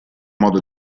modo